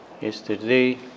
Yesterday